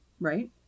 right